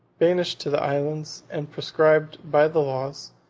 banished to the islands, and proscribed by the laws,